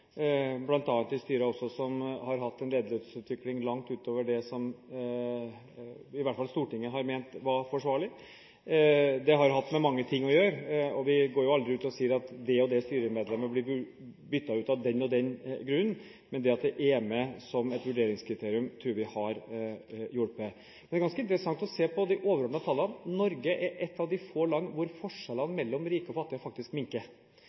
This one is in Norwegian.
i styrer som har hatt en lederlønnsutvikling langt utover det som i hvert fall Stortinget har ment var forsvarlig. Det har hatt med mange ting å gjøre, og vi går aldri ut og sier at det og det styremedlemmet vil bli byttet ut av den og den grunnen. Men at det er med som et vurderingskriterium, tror vi har hjulpet. Det er ganske interessant å se på de overordnede tallene. Norge er et av de få landene hvor forskjellene mellom rike og fattige faktisk minker.